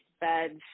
beds